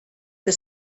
the